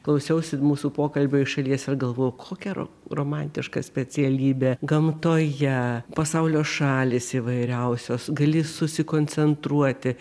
klausiausi mūsų pokalbio iš šalies ir galvojau kokia ro romantiška specialybė gamtoje pasaulio šalys įvairiausios gali susikoncentruoti